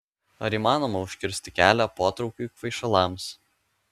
ar įmanoma užkirsti kelią potraukiui kvaišalams